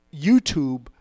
YouTube